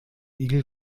igel